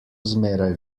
zmeraj